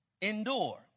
endure